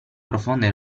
profonde